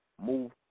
move